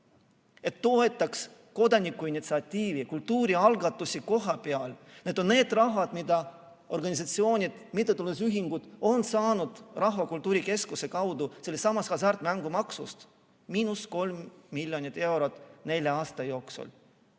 et toetataks kodanikuinitsiatiivi ja kultuurialgatusi kohapeal? Need on need vahendid, mida organisatsioonid ja mittetulundusühingud on saanud Eesti Rahvakultuuri Keskuse kaudu sellestsamast hasartmängumaksust, miinus kolm miljonit eurot nelja aasta jooksul.